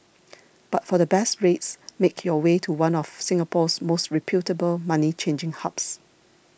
but for the best rates make your way to one of Singapore's most reputable money changing hubs